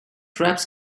traps